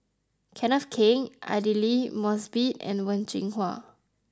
Kenneth Keng Aidli Mosbit and Wen Jinhua